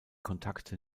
kontakte